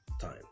time